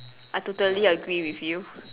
I totally agree with you